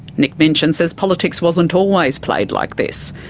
nick minchin says politics wasn't always played like this.